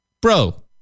Bro